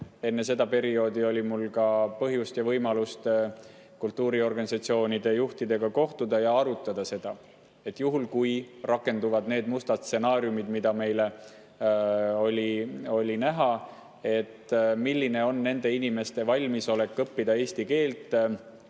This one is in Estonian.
enne seda perioodi oli mul põhjust ja võimalus kultuuriorganisatsioonide juhtidega kohtuda ja arutada seda, et kui rakenduvad mustad stsenaariumid, mida me praegu näeme, siis milline on nende inimeste valmisolek õppida eesti keelt